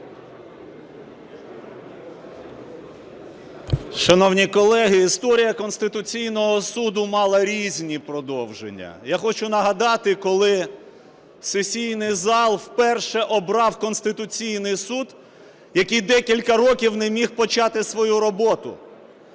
Шановні колеги, історія Конституційного Суду мала різні продовження. Я хочу нагадати, коли сесійний зал вперше обрав Конституційний Суд, який декілька років не міг почати свою роботу.